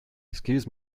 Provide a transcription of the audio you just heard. excuse